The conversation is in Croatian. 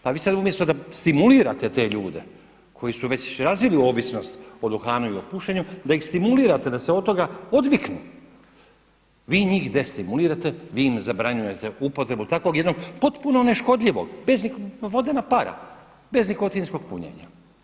Pa vi sada umjesto da stimulirate te ljude koji su već razvili ovisnost o duhanu i o pušenju, da ih stimulirate da se od toga odviknu, vi njih destimulirate, vi im zabranjujete upotrebu tako jednog potpuno neškodljivog, vodena para, bez nikotinskog punjenja.